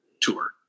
tour